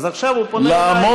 אז עכשיו הוא פונה אליך.